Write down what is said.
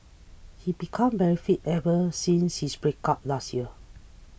he became very fit ever since his breakup last year